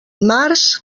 març